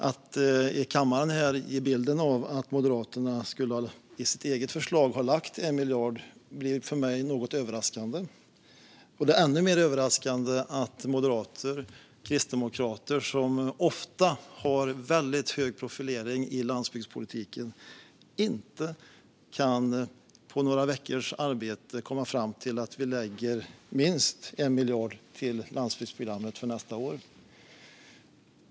Att här i kammaren ge bilden att Moderaterna i sitt eget förslag skulle ha lagt 1 miljard blir för mig något överraskande. Ännu mer överraskande är att moderater och kristdemokrater, som ofta har väldigt hög profilering i landsbygdspolitiken, inte på några veckors arbete kan komma fram till att lägga minst 1 miljard till landsbygdsprogrammet för nästa år.